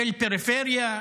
של פריפריה,